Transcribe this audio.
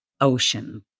ocean